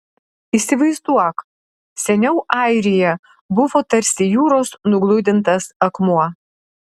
įsivaizduok seniau airija buvo tarsi jūros nugludintas akmuo